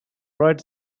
red